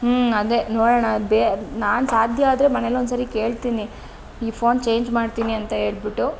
ಹ್ಞೂ ಅದೇ ನೋಡೋಣ ಅದು ಬೇ ನಾನು ಸಾಧ್ಯ ಆದರೆ ಮನೇಲೊಂದ್ಸರಿ ಕೇಳ್ತೀನಿ ಈ ಫೋನ್ ಚೇಂಜ್ ಮಾಡ್ತೀನಿ ಅಂತ ಹೇಳಿಬಿಟ್ಟು